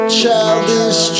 childish